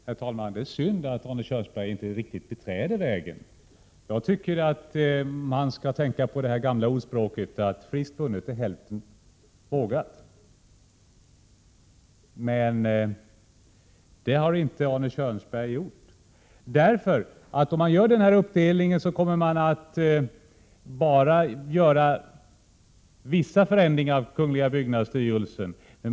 Herr talman! Det är synd att Arne Kjörnsberg inte riktigt beträder vägen. Jag tycker att det finns anledning att tänka på det gamla ordspråket om att friskt vunnet är hälften vågat. Men det har Arne Kjörnsberg inte gjort. Om man gör denna uppdelning, kommer det ju bara att göras vissa förändringar av kungl. byggnadsstyrelsen.